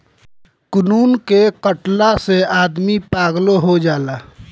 कुकूर के कटला से आदमी पागलो हो जाला